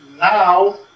now